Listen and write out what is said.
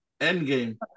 Endgame